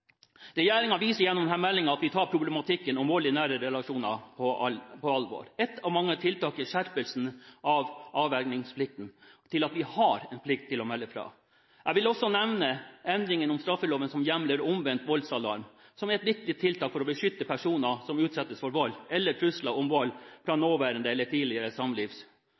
viser gjennom denne meldingen at vi tar problematikken om vold i nære relasjoner på alvor. Et av mange tiltak er skjerpelsen av avvergingsplikten til at vi har en plikt til å melde fra. Jeg vil også nevne endringen av straffeloven som hjemler omvendt voldsalarm som er et viktig tiltak for å beskytte personer som utsettes for vold, eller trusler om vold fra nåværende eller tidligere